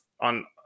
on